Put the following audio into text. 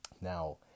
Now